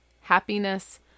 Happiness